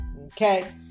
Okay